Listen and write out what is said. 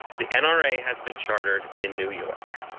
the and um nra has been chartered in new york.